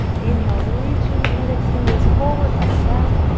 inhale, reaching index fingers forward, up and back.